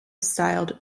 styled